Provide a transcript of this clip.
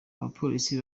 bapolisi